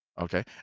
Okay